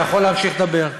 אתה יכול להמשיך לדבר.